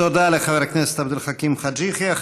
תודה לחבר הכנסת עבד אל חכים חאג' יחיא.